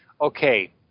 okay